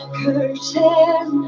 curtain